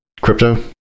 Crypto